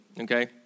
okay